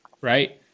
right